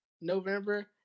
November